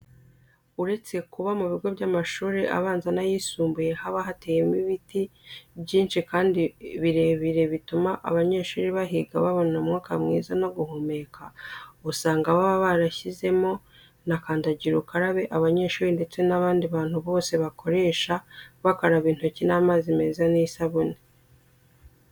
Uretse kuba mu bigo by'amashuri abanza n'ayisumbuye haba hateyemo ibiti byinshi kandi birebire bituma abanyeshuri bahiga babona umwuka mwiza wo guhumeka. Usanga baba barashyizemo na kandagira ukarabe abanyeshuri ndetse n'abandi bantu bose bakoresha bakaraba intoki n'amazi meza n'isabune.